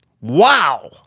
Wow